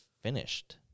finished